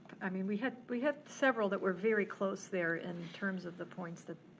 i mean we had we had several that were very close there in terms of the points that,